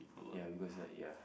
ya because like ya